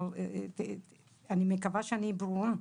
אני מקווה שאני ברורה.